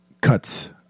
cuts